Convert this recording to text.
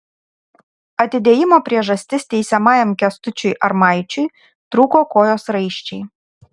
atidėjimo priežastis teisiamajam kęstučiui armaičiui trūko kojos raiščiai